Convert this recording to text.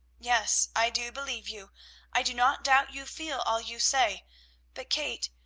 yes! i do believe you i do not doubt you feel all you say but, kate,